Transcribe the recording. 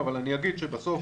אבל אגיד שבסוף